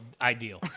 ideal